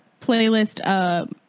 playlist